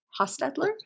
Hostetler